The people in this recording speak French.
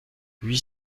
huit